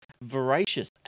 voracious